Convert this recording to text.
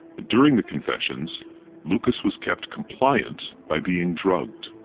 and during the confessions lucas was kept compliant by being drugged.